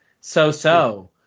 so-so